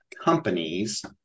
companies